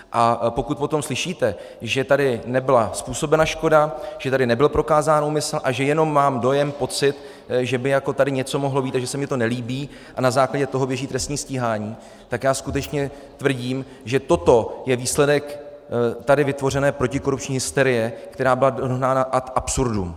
A pokud potom slyšíte, že tady nebyla způsobena škoda, že tady nebyl prokázán úmysl a že jenom mám dojem, pocit, že by jako tady něco mohlo být a že se mi to nelíbí, a na základě toho běží trestní stíhání, tak já skutečně tvrdím, že toto je výsledek tady vytvořené protikorupční hysterie, která byla dohnána ad absurdum.